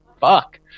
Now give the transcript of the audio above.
fuck